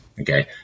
Okay